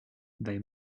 they